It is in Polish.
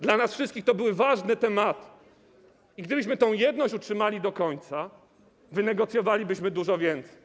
Dla nas wszystkich to były ważne tematy i gdybyśmy tę jedność utrzymali do końca, wynegocjowalibyśmy dużo więcej.